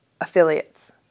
affiliates